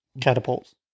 Catapults